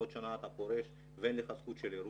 עוד שנה אתה פורש ואין לך זכות ערעור.